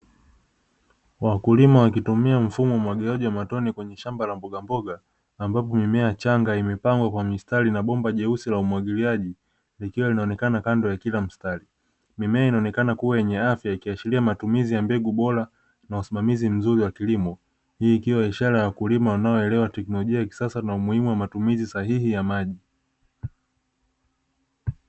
Wakulima wakitumia mfumo wa umwagiliaji wa matone kwenye shamba la mbogamboga, ambapo mimea changa imepangwa kwa mistari na bomba jeusi la umwagiliaji likiwa linaonekana kando ya kila mstari. Mimea inaonekana kuwa yenye afya ikiashiria matumizi ya mbegu bora na usimamizi mzuri wa kilimo, hii ikiwa ishara ya wakulima wanaoelewa teknolojia ya kisasa na umuhimu wa matumizi sahihi ya maji.